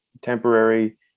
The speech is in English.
temporary